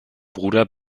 bruder